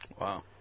Wow